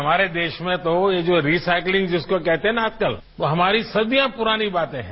हमारे देश में तो ये जो रिसाइकिलिंग जिसको कहते है न आजकल वो हमारी सदियों पुरानी बातें है